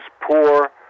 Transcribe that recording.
poor